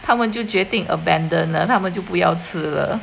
他们就决定 abandon 了他们就不要吃了